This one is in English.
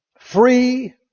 free